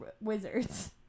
wizards